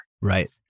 Right